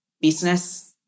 business